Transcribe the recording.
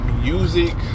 Music